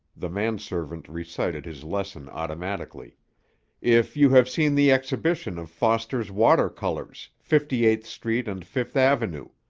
the man-servant recited his lesson automatically if you have seen the exhibition of foster's water-colors, fifty-eighth street and fifth avenue.